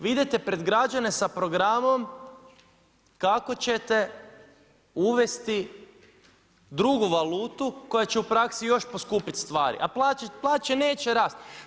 Vi idete pred građane sa programom, kako ćete uvesti drugu valutu koja će u praksi još poskupiti stvari, a plaće neće rasti.